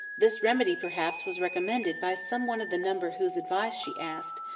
this remedy, perhaps, was recommended by some one of the number whose advice she asked